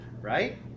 right